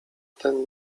ten